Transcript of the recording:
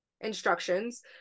instructions